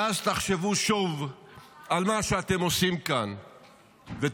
ואז תחשבו שוב על מה שאתם עושים כאן ותתביישו.